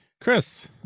Chris